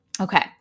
Okay